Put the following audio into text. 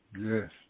Yes